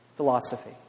philosophy